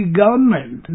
government